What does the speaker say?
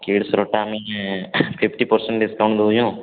କିଡ଼ସ୍ର fifty percent discount ଦେଉଛୁ ଆଉ